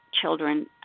children